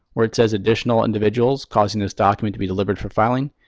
where it says additional individuals causing this document to be delivered from filing,